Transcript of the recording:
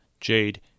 Jade